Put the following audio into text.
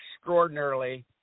extraordinarily